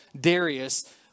Darius